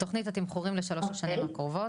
תוכנית התמחורים לשלוש השנים הקרובות.